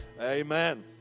amen